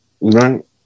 right